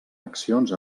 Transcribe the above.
accions